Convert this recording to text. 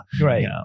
Right